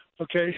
Okay